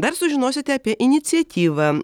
dar sužinosite apie iniciatyvą